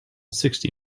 sixty